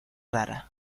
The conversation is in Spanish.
rara